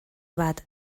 bat